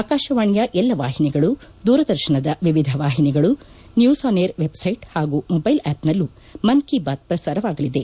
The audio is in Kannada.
ಆಕಾಶವಾಣಿಯ ಎಲ್ಲ ವಾಹಿನಿಗಳು ದೂರದರ್ಶನದ ವಿವಿಧ ವಾಹಿನಿಗಳು ನ್ಲೂಸ್ ಆನ್ ಐಎಆರ್ ವೆಬ್ಸೈಟ್ ಹಾಗೂ ಮೊಬ್ಲೆಲ್ ಆಪ್ ನಲ್ಲೂ ಮನ್ ಕಿ ಬಾತ್ ಪ್ರಸಾರವಾಗಲಿದೆ